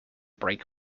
break